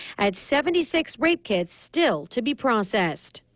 and seventy six rape kits still to be processed.